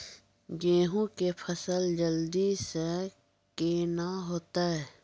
गेहूँ के फसल जल्दी से के ना होते?